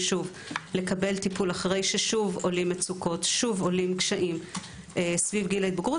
לקבל טיפול אחרי ששוב עולים מצוקות וקשיים סביב גיל ההתבגרות.